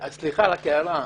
סליחה, רק הערה.